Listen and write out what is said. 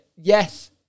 yes